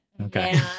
Okay